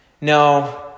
No